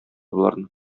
боларны